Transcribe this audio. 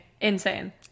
Insane